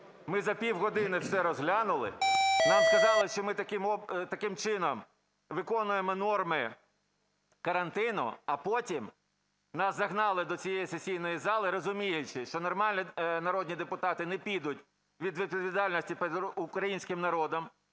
Ми за півгодини це розглянули, нам сказали, що ми таким чином виконуємо норми карантину, а потім нас загнали до цієї сесійної зали, розуміючи, що нормальні народні депутати не підуть від відповідальності перед українським народом,